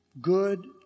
good